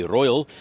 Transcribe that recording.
Royal